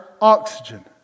oxygen